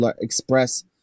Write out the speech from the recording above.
express